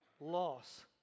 Loss